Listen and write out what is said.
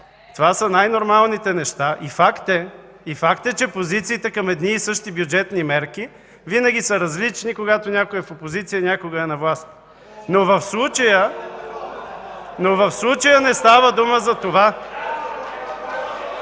това са най-нормалните неща. Факт е, че позициите към едни и същи бюджетни мерки винаги са различни, когато някой е в опозиция и някога е на власт. (Силен шум и